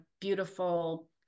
beautiful